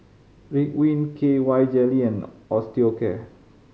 Ridwind K Y Jelly and Osteocare